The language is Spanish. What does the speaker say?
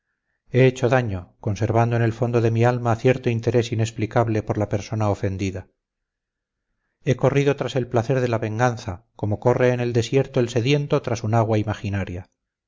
hecho daño conservando en el fondo de mi alma cierto interés inexplicable por la persona ofendida he corrido tras el placer de la venganza como corre en el desierto el sediento tras un agua imaginaria